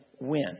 win